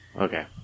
Okay